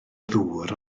ddŵr